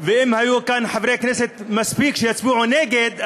ואם היו כאן מספיק חברי כנסת שיצביעו נגד,